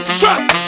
trust